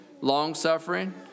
long-suffering